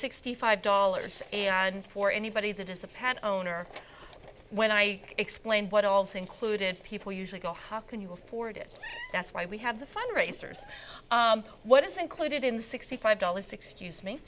sixty five dollars and for anybody that is a pat owner when i explained what also included people usually go how can you afford it that's why we have the fundraisers what is included in the sixty five dollars excuse me